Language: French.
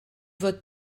vote